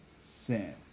Sin